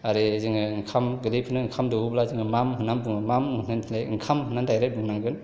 आरो जोङो ओंखाम गोरलैफोरनो ओंखाम दौवोब्ला जोङो माम बुङो माम होनस्लायस्लाय ओंखाम होननानै डायरेक बुंनांगोन